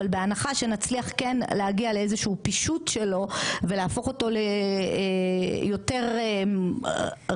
אבל בהנחה שנצליח כן להגיע לאיזשהו פישוט שלו ולהפוך אותו ליותר רך,